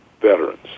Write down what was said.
veterans